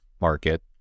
market